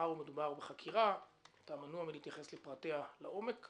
שמאחר שמדובר בחקירה אתה מנוע מלהתחייב לפרטיה לעומק.